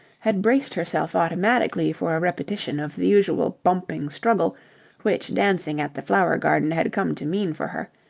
had braced herself automatically for a repetition of the usual bumping struggle which dancing at the flower garden had come to mean for her,